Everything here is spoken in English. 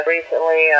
Recently